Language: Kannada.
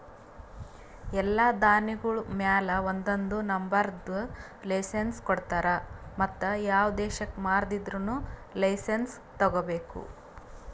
ಎಲ್ಲಾ ಧಾನ್ಯಗೊಳ್ ಮ್ಯಾಲ ಒಂದೊಂದು ನಂಬರದ್ ಲೈಸೆನ್ಸ್ ಕೊಡ್ತಾರ್ ಮತ್ತ ಯಾವ ದೇಶಕ್ ಮಾರಾದಿದ್ದರೂನು ಲೈಸೆನ್ಸ್ ತೋಗೊಬೇಕು